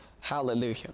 Hallelujah